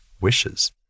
wishes